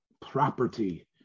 property